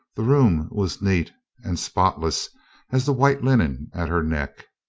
the room was neat and spotless as the white linen at her neck,